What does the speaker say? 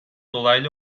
dolaylı